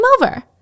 over